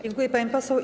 Dziękuję, pani poseł.